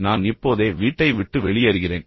நான் இப்போதே வீட்டை விட்டு வெளியேறுகிறேன்